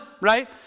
right